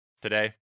Today